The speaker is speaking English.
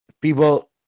people